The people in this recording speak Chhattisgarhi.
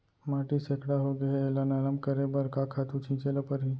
माटी सैकड़ा होगे है एला नरम करे बर का खातू छिंचे ल परहि?